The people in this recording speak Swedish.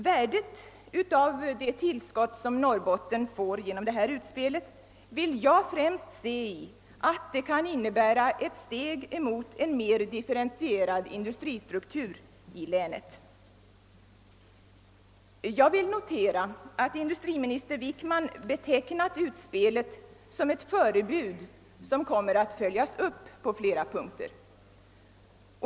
Värdet av det tillskott som Norrbotten nu får ser jag främst i att det kan innebära ett steg mot en mera differentierad industristruktur i länet. Jag noterar också att industriminister Wickman har betecknat regeringens utspel som ett förebud som kommer att följas upp på flera punkter.